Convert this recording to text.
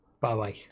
Bye-bye